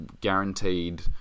guaranteed